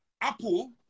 Apple